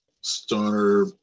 stoner